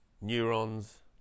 neurons